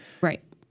right